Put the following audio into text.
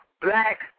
black